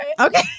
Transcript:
okay